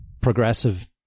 progressive